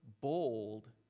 bold